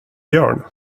björn